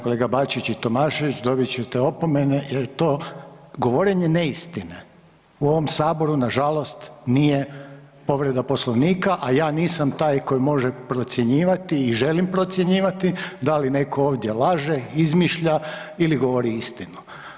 Kolega Bačić i Tomašević dobit ćete opomene jer to govorenje neistine u ovom Saboru na žalost nije povreda Poslovnika, a ja nisam taj koji može procjenjivati i želim procjenjivati da li netko ovdje laže, izmišlja ili govori istinu.